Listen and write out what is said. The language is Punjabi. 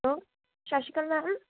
ਹੈਲੋ ਸਤਿ ਸ਼੍ਰੀ ਅਕਾਲ ਮੈਮ